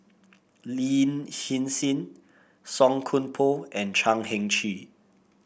Lin Hsin Hsin Song Koon Poh and Chan Heng Chee